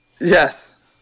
Yes